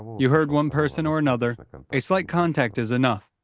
you heard one person or another a slight contact is enough.